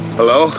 Hello